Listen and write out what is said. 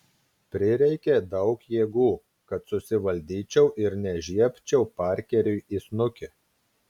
prireikė daug jėgų kad susivaldyčiau ir nežiebčiau parkeriui į snukį